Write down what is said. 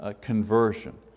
conversion